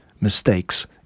mistakes